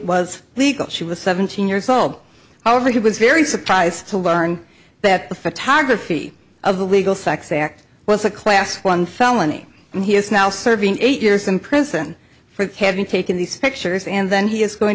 was legal she was seventeen years old however he was very surprised to learn that the photography of the legal sex act was a class one felony and he is now serving eight years in prison for having taken these pictures and then he is going